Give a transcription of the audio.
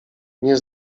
nie